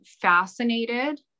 fascinated